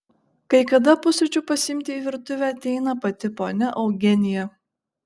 kai kada pusryčių pasiimti į virtuvę ateina pati ponia eugenija